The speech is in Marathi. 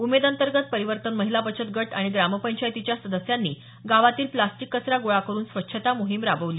उमेद अंतर्गत परिवर्तन महिला बचत गट आणि ग्रामपंचायतीच्या सदस्यांनी गावातील प्रास्टिक कचरा गोळा करून स्वच्छता मोहीम राबवली